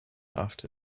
after